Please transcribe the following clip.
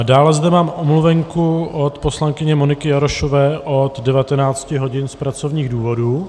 Dále zde mám omluvenku od poslankyně Moniky Jarošové od 19 hodin z pracovních důvodů.